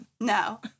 No